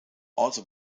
also